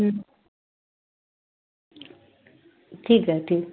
ठीक आहे ठीक